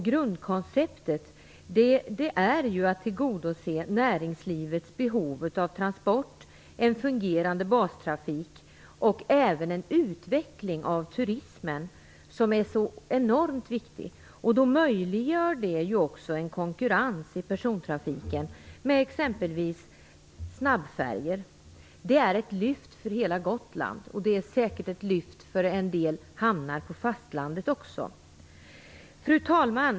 Grundkonceptet i det här förslaget är ju att tillgodose näringslivets behov av transporter, en fungerande bastrafik och även en utveckling av turismen som är så oerhört viktig. Detta möjliggör då en konkurrens inom persontrafiken med exempelvis snabbfärjor. Det är ett lyft för hela Gotland, och det är säkert ett lyft för en del hamnar också på fastlandet. Fru talman!